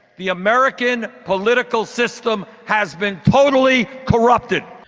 the american political system, has been totally corrupted!